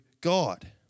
God